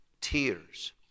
tears